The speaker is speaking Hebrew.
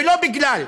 ולא בגלל.